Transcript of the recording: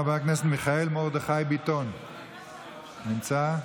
חבר הכנסת מיכאל מרדכי ביטון, איננו,